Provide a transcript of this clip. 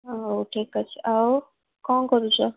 ହଉ ଠିକ୍ ଅଛି ଆଉ କ'ଣ କରୁଛ